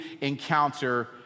encounter